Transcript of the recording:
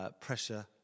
pressure